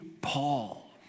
Paul